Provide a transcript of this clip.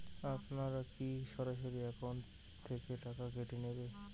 আপনারা কী সরাসরি একাউন্ট থেকে টাকা কেটে নেবেন?